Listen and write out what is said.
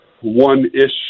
one-ish